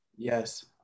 Yes